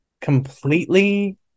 completely